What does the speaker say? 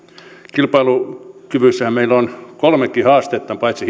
kilpailukyvyssähän meillä on kolmekin haastetta paitsi